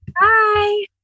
Bye